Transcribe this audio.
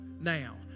now